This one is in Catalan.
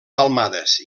palmades